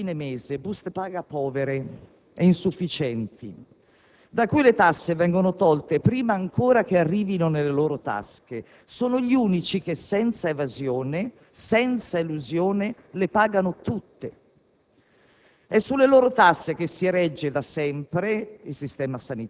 Ma i lavoratori dipendenti e i pensionati ricevono ogni fine mese buste paga povere ed insufficienti da cui le tasse vengono tolte prima ancora che arrivino nelle loro tasche. Sono gli unici che senza evasione, senza elusione, le pagano tutte.